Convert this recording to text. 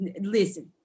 listen